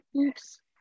Oops